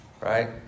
right